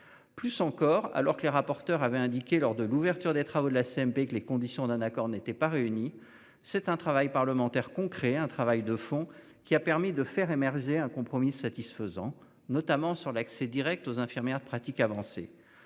Plus encore, alors que les rapporteurs avait indiqué lors de l'ouverture des travaux de la CMP que les conditions d'un accord n'étaient pas réunies. C'est un travail parlementaire qu'un travail de fond qui a permis de faire émerger un compromis satisfaisant, notamment sur l'accès Direct aux infirmières de pratique avancée